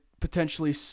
potentially